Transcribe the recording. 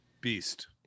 Beast